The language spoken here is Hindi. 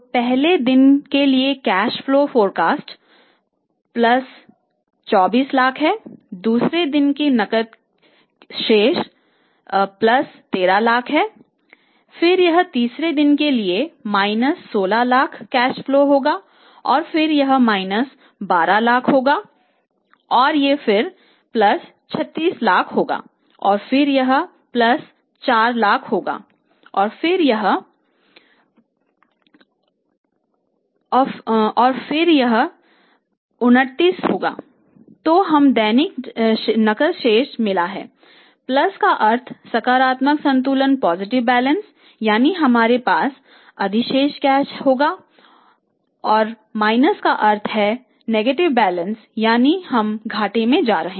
पहले दिन के लिए कैश फ्लो फोरकास्ट यानी कि हम घाटे में जा रहे हैं